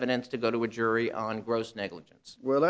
evidence to go to a jury on gross negligence where